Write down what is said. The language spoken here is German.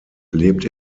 lebt